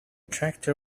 tractor